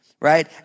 right